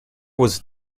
was